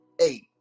eight